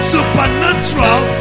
Supernatural